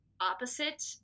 opposite